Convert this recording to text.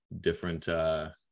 different